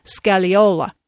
Scaliola